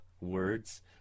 words